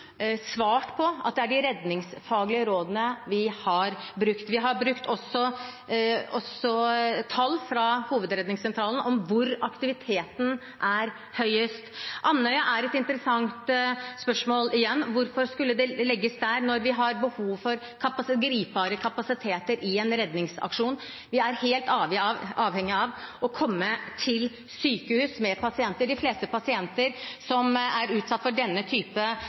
at det er de redningsfaglige rådene vi har brukt. Vi har også brukt tall fra Hovedredningssentralen om hvor aktiviteten er høyest. Andøya er et interessant spørsmål. Igjen: Hvorfor skulle den legges dit når vi har behov for gripbare kapasiteter i en redningsaksjon? Vi er helt avhengig av å komme til sykehus med pasienter. De fleste pasienter som er utsatt for denne